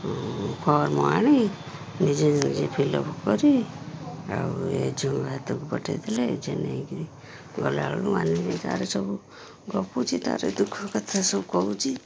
form ଆଣି ନିଜେ ନିଜେ ଫିଲଅପ୍ କରି ଆଉ ଏଜେଙ୍କ ହାତକୁ ପଠେଇଥିଲେ ଏଜେ ନେଇକିରି ଗଲାବେଳକୁ ମାନିନୀ ତାର ସବୁ ଗପୁଛି ତାର ଦୁଃଖ କଥା ସବୁ କହୁଛି